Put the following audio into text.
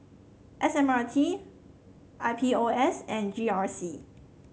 S M R T I P O S and G R C